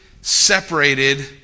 separated